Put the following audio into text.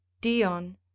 Dion